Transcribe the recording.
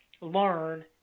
learn